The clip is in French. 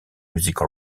musique